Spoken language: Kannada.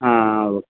ಹಾಂ ಓಕ್